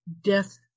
death